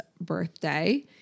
birthday